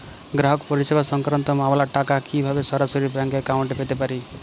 গ্রাহক পরিষেবা সংক্রান্ত মামলার টাকা কীভাবে সরাসরি ব্যাংক অ্যাকাউন্টে পেতে পারি?